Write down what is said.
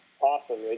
Awesome